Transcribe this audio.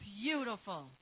beautiful